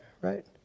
right